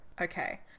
Okay